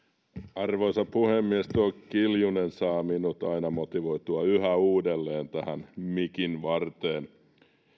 arvoisa puhemies tuo kiljunen saa minut aina motivoitua yhä uudelleen tähän mikin varteen